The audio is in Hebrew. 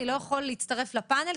אני לא יכול להצטרף לפאנל,